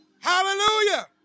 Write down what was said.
Hallelujah